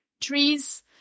trees